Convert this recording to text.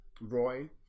Roy